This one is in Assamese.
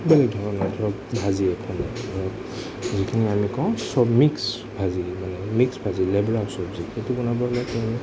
বেলেগ ধৰণৰ ধৰক ভাজি এখন যিখিনি আমি কওঁ সব মিক্স ভাজি মানে মিক্স ভাজি লেবৰা চব্জি সেইটো বনাবলৈ